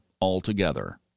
altogether